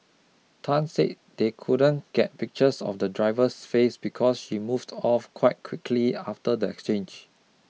Tan said they couldn't get pictures of the driver's face because she moved off quite quickly after the exchange